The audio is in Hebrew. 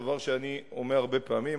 דבר שאני אומר הרבה פעמים,